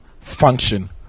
function